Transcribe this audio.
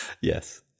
Yes